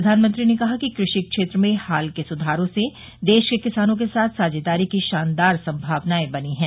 प्रधानमंत्री ने कहा कि कृषि क्षेत्र में हाल के सुधारों से देश के किसानों के साथ साझेदारी की शानदार संमावनाएं बनीं हैं